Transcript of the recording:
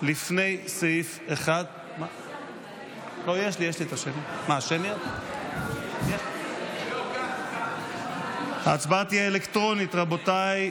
לפני סעיף 1. ההצבעה תהיה אלקטרונית, רבותיי.